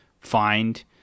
find